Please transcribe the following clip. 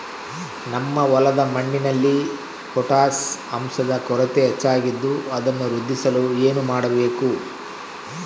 ನಮ್ಮ ಹೊಲದ ಮಣ್ಣಿನಲ್ಲಿ ಪೊಟ್ಯಾಷ್ ಅಂಶದ ಕೊರತೆ ಹೆಚ್ಚಾಗಿದ್ದು ಅದನ್ನು ವೃದ್ಧಿಸಲು ಏನು ಮಾಡಬೇಕು?